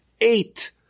eight